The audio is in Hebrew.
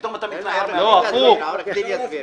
פתאום מתנער מהכוח הזה.